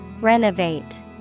Renovate